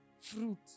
fruit